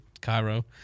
Cairo